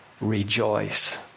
Rejoice